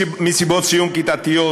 מסיבות סיום כיתתיות,